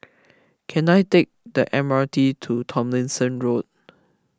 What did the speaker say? can I take the M R T to Tomlinson Road